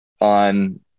on